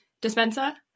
dispenser